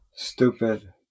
Stupid